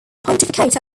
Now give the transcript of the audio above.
pontificate